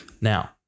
Now